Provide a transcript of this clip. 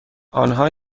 آنها